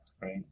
right